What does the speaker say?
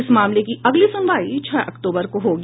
इस मामले की अगली सुनवाई छह अक्तूबर को होगी